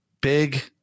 Big